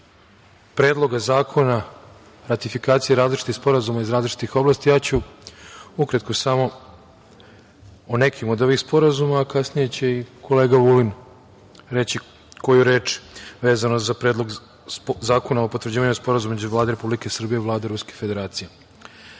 predloga zakona ratifikacije različitih sporazuma iz različitih oblasti. Ja ću ukratko samo o nekim od ovih sporazuma, a kasnije će i kolega Vulin reći koju reč vezano za Predlog zakona o potvrđivanju sporazuma između Vlade Republike Srbije i Vlade Ruske Federacije. Kako